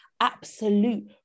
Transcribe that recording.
absolute